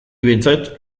behintzat